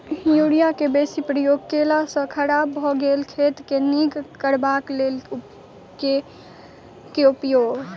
Urea केँ बेसी प्रयोग केला सऽ खराब भऽ गेल खेत केँ नीक करबाक लेल की उपाय?